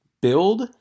build